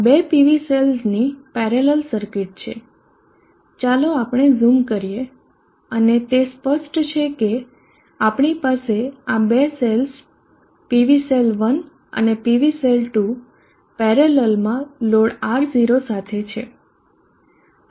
આ 2 PV સેલ્સની parallel circuit છે ચાલો આપણે ઝૂમ કરીએ અને તે સ્પષ્ટ છે કે આપણી પાસે આ બે સેલ્સ PV સેલ 1 અને PV સેલ 2 પેરેલલમાં લોડ R0 સાથે છે